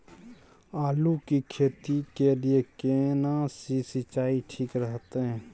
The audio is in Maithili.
आलू की खेती के लिये केना सी सिंचाई ठीक रहतै?